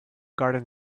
garden